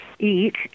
eat